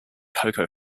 cocoa